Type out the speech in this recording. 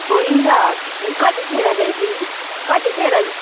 हुन्छ कतिखेर ल्याइदिनु कतिखेर